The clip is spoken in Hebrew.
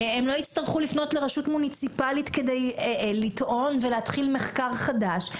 הם לא יצטרכו לפנות לרשות מוניציפלית כדי לטעון ולהתחיל מחקר חדש,